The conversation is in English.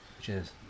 Cheers